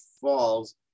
falls